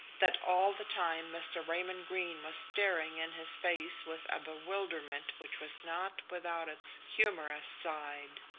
that all the time mr. raymond greene was staring in his face with a bewilderment which was not without its humorous side.